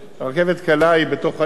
רכבת קלה היא בתוך העיר,